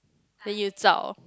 then you zao